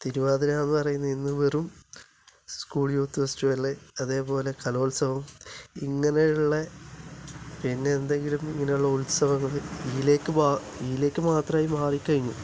തിരുവാതിര എന്ന് പറയുന്നത് ഇന്ന് വെറും സ്കൂൾ യൂത്ത് ഫെസ്റ്റിവല് അതേ പോലെ കലോത്സവം ഇങ്ങനെയുള്ള പിന്നെ എന്തെങ്കിലും ഇങ്ങനെയുള്ള ഉത്സവങ്ങൾ ഇതിലേക്ക് ഇതിലേക്ക് മാത്രമായി മാറിക്കഴിഞ്ഞു